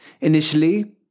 Initially